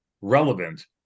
relevant